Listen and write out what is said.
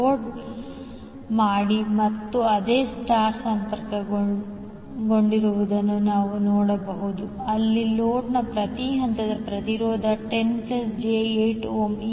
load ಮಾಡಿ ಅದು ಮತ್ತೆ ಸ್ಟರ್ ಸಂಪರ್ಕಗೊಂಡಿರುವುದನ್ನು ನಾವು ನೋಡಬಹುದು ಅಲ್ಲಿ ಲೋಡ್ನ ಪ್ರತಿ ಹಂತದ ಪ್ರತಿರೋಧ 10 j8 ಓಮ್